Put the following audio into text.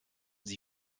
sie